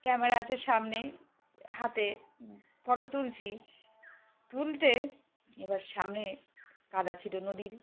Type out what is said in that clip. camera আছে সামনে হাতে ফোটো তুলছি তুলতে এ বার সামনে কাদা ছিল নদীর